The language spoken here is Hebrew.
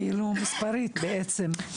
מספרית בעצם,